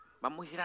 Vamos